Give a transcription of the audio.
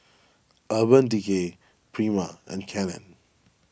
Urban Decay Prima and Canon